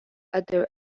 other